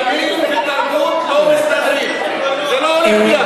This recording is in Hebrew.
ימין ותרבות לא מסתדרים, זה לא הולך ביחד.